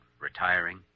retiring